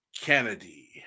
Kennedy